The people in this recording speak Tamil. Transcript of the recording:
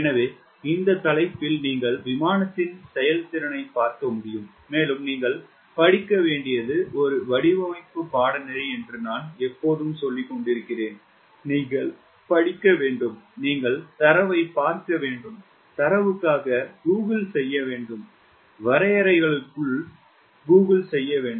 எனவே இந்த தலைப்பில் நீங்கள் விமானத்தின் செயல்திறனைப் பார்க்க முடியும் மேலும் நீங்கள் படிக்க வேண்டியது ஒரு வடிவமைப்பு பாடநெறி என்று நான் எப்போதும் சொல்லிக்கொண்டிருக்கிறேன் நீங்கள் படிக்க வேண்டும் நீங்கள் தரவைப் பார்க்க வேண்டும் தரவுக்காக கூகிள் செய்ய வேண்டும் வரையறைகளுக்கு கூகிள் செய்ய வேண்டும்